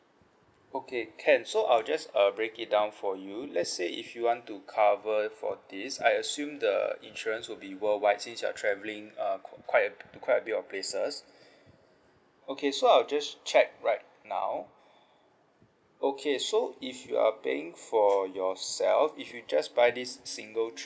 okay can so I'll just err break it down for you let's say if you want to cover for this I assume the uh insurance will be worldwide since you are travelling um quite a b~ to quite a bit of places okay so I'll just check right now okay so if you are paying for yourself if you just buy this single trip